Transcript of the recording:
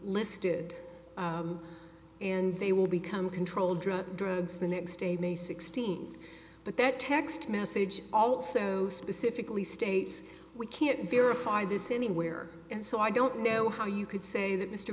listed and they will become controlled drug drugs the next day may sixteenth but that text message also specifically states we can't verify this anywhere and so i don't know how you could say that mr